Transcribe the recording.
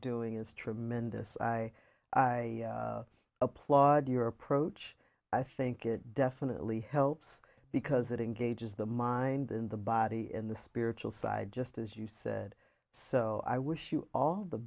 doing is tremendous i applaud your approach i think it definitely helps because it engages the mind in the body in the spiritual side just as you said so i wish you all the